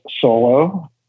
solo